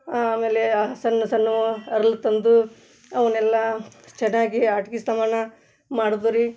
ಆಮೇಲೆ ಆ ಸಣ್ ಸಣ್ಣವ ಅರ್ಳ್ ತಂದು ಅವನ್ನೆಲ್ಲ ಚೆನ್ನಾಗಿ ಆಟ್ಗಿ ಸಾಮಾನು ಮಾಡುವುದು ರೀ